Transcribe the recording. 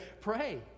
Pray